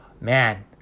man